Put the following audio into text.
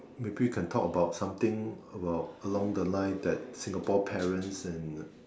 maybe can talk about something about along the line that Singapore parents and